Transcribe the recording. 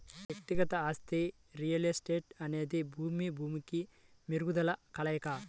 వ్యక్తిగత ఆస్తి రియల్ ఎస్టేట్అనేది భూమి, భూమికి మెరుగుదలల కలయిక